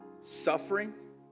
suffering